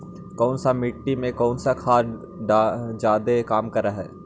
कौन सा मिट्टी मे कौन सा खाद खाद जादे काम कर हाइय?